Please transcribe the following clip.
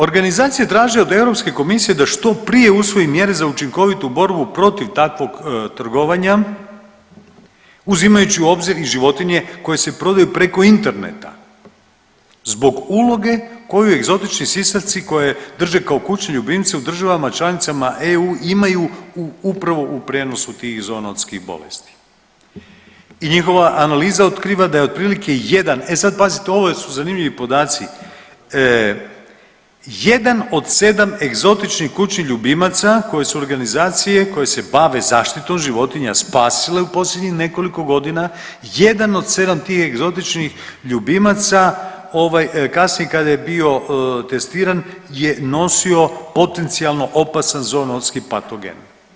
Organizacije traže od EK da što prije usvoji mjere za učinkovitu borbu protiv takvog trgovanja, uzimajući u obzir i životinje koje se prodaju preko interneta zbog uloge koju egzotični sisavci koje drže kao kućni ljubimci u državama članicama EU imaju u upravo u prijenosu tih zoonotskih bolesti i njihova analiza otkriva da je otprilike jedan, e sad pazite, ovo su zanimljivi podaci, jedan od sedam egzotičnih kućnih ljubimaca koje su organizacije koje se bave zaštitom životinja spasile u posljednjih nekoliko godina, jedan od sedam tih egzotičnih ljubimaca ovaj, kasnije kada je bio testiran je nosio potencijalno opasan zoonotski patogen.